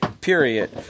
period